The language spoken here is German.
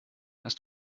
hast